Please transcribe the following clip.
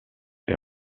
est